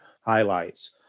highlights